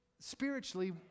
spiritually